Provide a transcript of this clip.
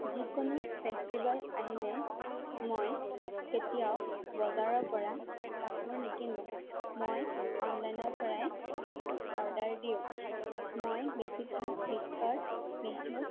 যিকোনো ফেষ্টিভেল আহিলে মই কেতিয়াও বজাৰৰ পৰা কাপোৰ নিকিনোঁ মই অনলাইনৰ পৰাই কাপোৰ অৰ্ডাৰ দিওঁ মই বেছিভাগ ফ্লিপকাৰ্ট মিছ'ত